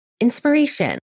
inspiration